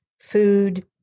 food